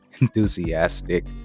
enthusiastic